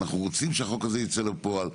אנחנו רוצים שהחוק הזה ייצא לפועל,